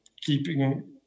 keeping